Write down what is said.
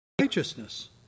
righteousness